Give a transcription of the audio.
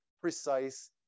precise